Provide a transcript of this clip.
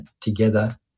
together